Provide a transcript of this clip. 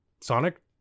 Sonic